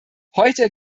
heute